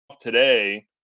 today